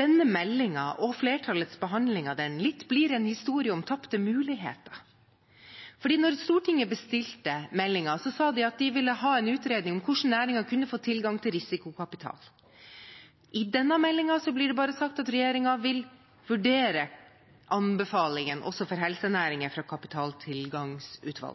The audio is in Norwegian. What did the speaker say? denne meldingen og flertallets behandling av den litt blir en historie om tapte muligheter. Da Stortinget bestilte meldingen, sa de at de ville ha en utredning om hvordan næringen kunne få tilgang til risikokapital. I denne meldingen blir det bare sagt at regjeringen vil vurdere anbefalingen, også for helsenæringen, fra